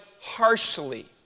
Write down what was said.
harshly